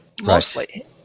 mostly